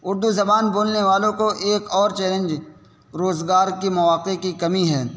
اردو زبان بولنے والوں کو ایک اور چیلنج روزگار کے مواقع کی کمی ہے